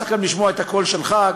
צריך גם לשמוע את הקול שלך,